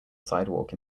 sidewalk